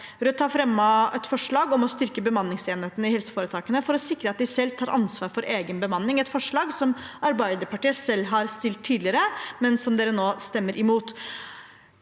Rødt har fremmet et forslag om å styrke bemanningsenhetene i helseforetakene for å sikre at de selv tar ansvar for egen bemanning, et forslag som Arbeiderpartiet selv har stilt tidligere, men som de nå stemmer imot.